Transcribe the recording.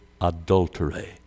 adultery